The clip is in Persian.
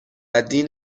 دین